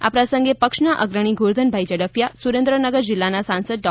આ પ્રસંગે પક્ષના અગ્રણી ગોરધનભાઈ ઝડફિયા સુરેન્દ્રનગર જિલ્લાના સાંસદ ડો